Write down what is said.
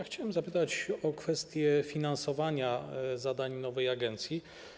Chciałbym zapytać o kwestię finansowania zadań nowej agencji.